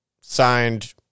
signed